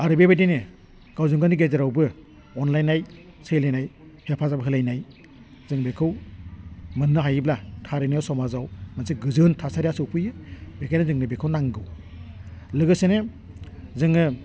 आरो बेबायदिनो गावजों गावनि गेजेरावबो अनलायनाय सैलायनाय हेफाजाब होलायनाय जों बेखौ मोननो हायोब्ला थानैनो समाजाव मोनसे गोजोन थासारिया सफैयो बेखायनो जोंनो बेखौ नांगौ लोगोसेनो जोङो